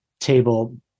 table